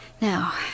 Now